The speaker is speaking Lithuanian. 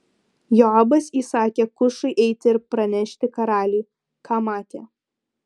joabas įsakė kušui eiti ir pranešti karaliui ką matė